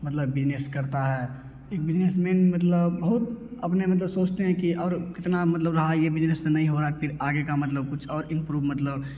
मतलब बिजनेस करता है एक बिजनेसमेन मतलब बहुत अपने मतलब सोचते हैं कि और कितना मतलब रहा है ये बिजनेस नहीं हो रहा फिर आगे का मतलब कुछ और इमप्रूव मतलब